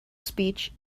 speech